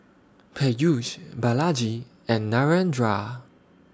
Peyush Balaji and Narendra